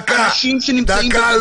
דקה,